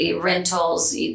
Rentals